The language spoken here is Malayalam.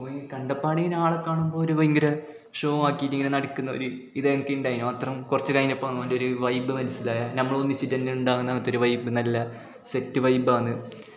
ഓയി കണ്ടപ്പാടീന ആളെ കാണുമ്പോൾ ഒരു ഭയങ്കര ഷോ ആക്കിയിട്ടിങ്ങനെ നടക്കുന്നു ഒരു ഇതായിൻക്കുണ്ടായിനെ അത്രയും കുർച്ച് കഴിഞ്ഞപ്പം ഓൻ്റെ ഒരു വൈബ് മനസിലായത് നമ്മളൊന്നിച്ചിട്ട് തന്നെ ഉണ്ടാകുന്നത്തൊര് വൈബ്ബ് നല്ല സെറ്റ് വൈബാന്ന്